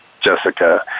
Jessica